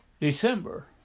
December